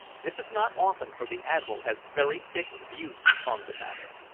this is not often, for the admiral has very fixed views upon the matter.